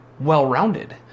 well-rounded